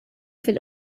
fil